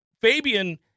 Fabian